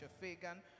Fagan